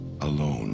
Alone